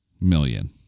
million